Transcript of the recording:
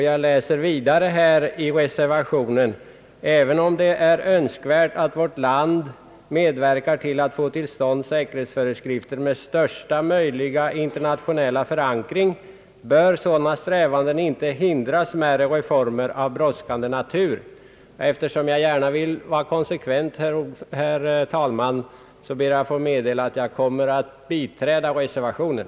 Jag läser vidare här i reservationen: »Även om det är önskvärt att vårt land medverkar till att få till stånd säkerhetsföreskrifter med största möjliga internationella förankring, bör sådana strävanden inte hindra smärre reformer av brådskande natur.» Eftersom jag gärna vill vara konsekvent, ber jag att få meddela att jag kommer att biträda reservationen.